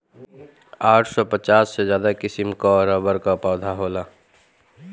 आठ सौ पचास से ज्यादा किसिम कअ रबड़ कअ पौधा होला